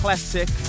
Classic